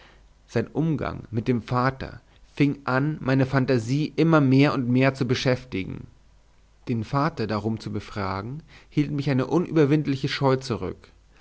sein umgang mit dem vater fing an meine fantasie immer mehr und mehr zu beschäftigen den vater darum zu befragen hielt mich eine unüberwindliche scheu zurück